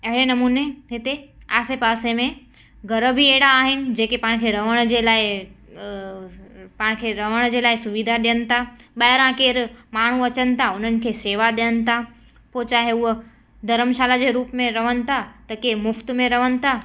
अहिड़े नमूने हिते आसे पासे में घर बि अहिड़ा आहिनि जेके पाण खे रहण जे लाइ पाण खे रहण जे लाइ सुविधा ॾियनि था ॿाहिरां केरु माण्हू अचनि था उन्हनि खे सेवा ॾियनि था पोइ चाहे उहा धर्मशाला जे रूप में रहनि था त केरु मुफ़्त में रहनि था